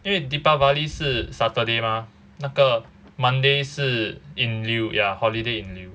因为 deepavali 是 saturday mah 那个 monday 是 in lieu ya holiday in lieu